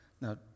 Now